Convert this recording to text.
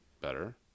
better